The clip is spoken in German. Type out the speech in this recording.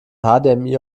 hdmi